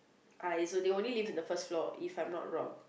I so they only live on the first floor if I'm not wrong